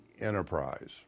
enterprise